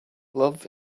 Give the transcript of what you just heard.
love